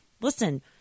listen